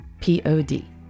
P-O-D